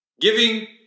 Giving